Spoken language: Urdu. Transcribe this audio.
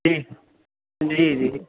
جی جی جی